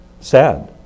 Sad